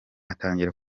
atangira